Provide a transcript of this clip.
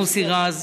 מוסי רז,